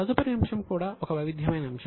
తదుపరి అంశం కూడా ఒక వైవిధ్యమైన అంశం